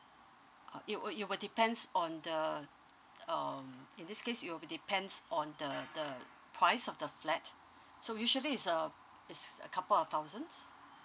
uh it will it will depends on the um in this case it'll be depends on the the price of the flat so usually is uh is a couple of thousands